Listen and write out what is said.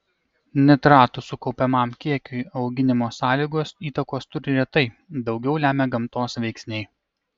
nitratų sukaupiamam kiekiui auginimo sąlygos įtakos turi retai daugiau lemia gamtos veiksniai